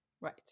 Right